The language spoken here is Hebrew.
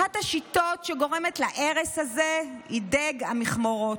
אחת השיטות שגורמת להרס הזה היא דיג המכמורות,